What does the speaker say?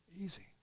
Easy